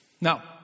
Now